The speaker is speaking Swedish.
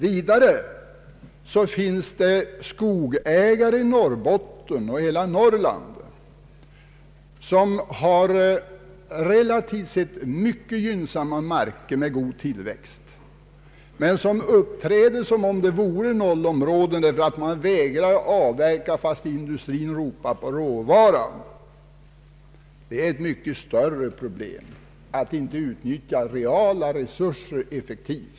Vidare finns det skogsägare i Norrbotten, och för övrigt i hela Norrland, som har relativt sett mycket gynnsammare marker med god tillväxt men som uppträder som om det vore nollområden. Man vägrar avverka, fastän industrin ropar efter råvara. Det är faktiskt ett mycket allvarligare problem att vissa privata skogsägare inte utnyttjar de reala resurserna effektivt.